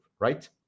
Right